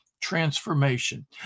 transformation